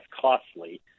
costly